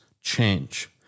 change